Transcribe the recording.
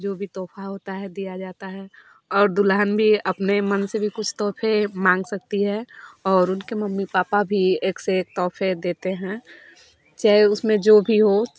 जो भी तोहफा होता है दिया जाता है और दुल्हन भी अपने मन से भी कुछ तोहफे मांग सकती है और उनके मम्मी पापा भी एक से एक तोहफे देते हैं चाहे उसमें जो भी हो